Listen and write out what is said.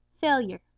Failure